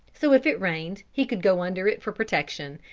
so if it rained he could go under it for protection,